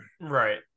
right